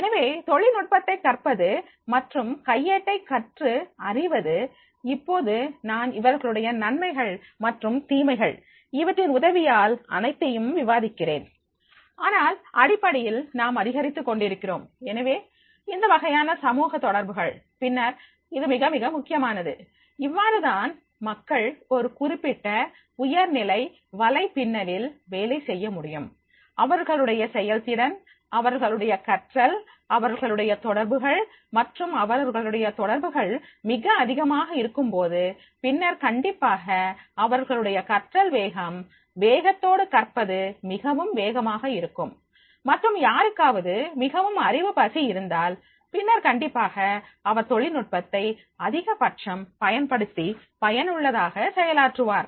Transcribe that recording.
எனவே தொழில்நுட்பத்தை கற்பது மற்றும் கையேட்டை கற்று அறிவது இப்போது நான் இவர்களுடைய நன்மைகள் மற்றும் தீமைகள் இவற்றின் உதவியால் அனைத்தையும் விவாதிக்கிறேன் ஆனால் அடிப்படையில் நாம் அதிகரித்துக் கொண்டிருக்கிறோம் எனவே இந்த வகையான சமூக தொடர்புகள் பின்னர் இது மிக மிக முக்கியமானது இவ்வாறு தான் மக்கள் ஒரு குறிப்பிட்ட உயர்நிலை வலைப்பின்னலில் வேலை செய்ய முடியும் அவர்களுடைய செயல்திறன் அவர்களுடைய கற்றல் அவர்களுடைய தொடர்புகள் மற்றும் அவர்களுடைய தொடர்புகள் மிக அதிகமாக இருக்கும் போது பின்னர் கண்டிப்பாக அவர்களுடைய கற்றல் வேகம் வேகத்துடன் கற்பது மிகவும் வேகமாக இருக்கும் மற்றும் யாருக்காவது மிகவும் அறிவு பசி இருந்தால் பின்னர் கண்டிப்பாக அவர் தொழில்நுட்பத்தை அதிகபட்சம் பயன்படுத்தி பயனுள்ளதாக செயலாற்றுவார்